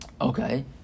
Okay